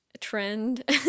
trend